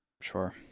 Sure